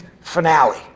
finale